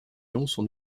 compassion